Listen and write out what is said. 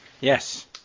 Yes